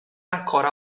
ancora